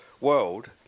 world